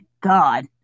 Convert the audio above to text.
god